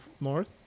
north